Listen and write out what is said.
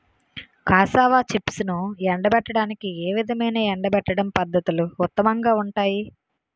Cassava చిప్స్ను ఎండబెట్టడానికి ఏ విధమైన ఎండబెట్టడం పద్ధతులు ఉత్తమంగా ఉంటాయి?